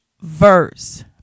verse